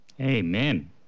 Amen